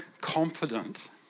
confident